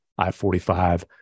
I-45